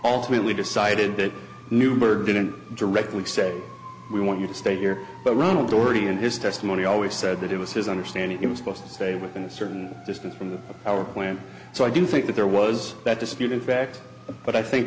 alternately decided that newburgh didn't directly say we want you to stay here but ronald already in his testimony always said that it was his understanding it was supposed to stay within a certain distance from the power plant so i do think that there was that dispute in fact but i think